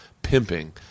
pimping